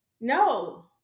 no